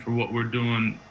what we're doing,